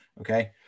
Okay